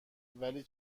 ولی